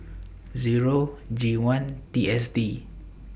Zero G one T S D